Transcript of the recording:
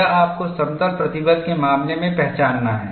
यह आपको समतल प्रतिबल के मामले में पहचानना है